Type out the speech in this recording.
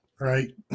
Right